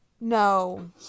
No